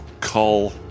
call